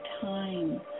time